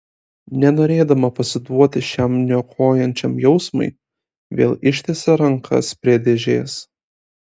nenorėdama pasiduoti šiam niokojančiam jausmui vėl ištiesė rankas prie dėžės